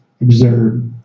observed